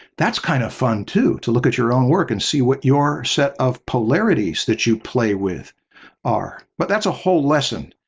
that's kind of fun too to look at your own work and see what your set of polarities that you play with are. but that's a whole lesson,